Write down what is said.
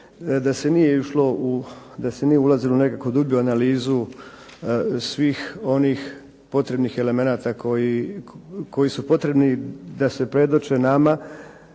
da se nije ulazilo nekako dublje u analizu svih onih potrebnih elemenata koji su potrebni da se predoče nama